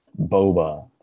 Boba